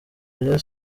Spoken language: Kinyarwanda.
rayon